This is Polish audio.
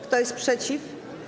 Kto jest przeciw?